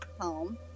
home